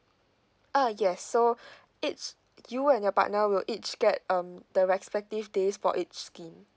uh yes so it's you and your partner will each get um the respective days for each scheme